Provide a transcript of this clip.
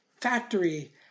factory